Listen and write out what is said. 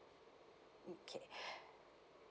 okay